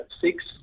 six